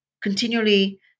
continually